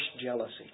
jealousy